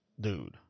dude